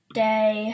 day